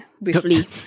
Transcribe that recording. briefly